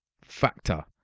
factor